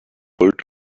old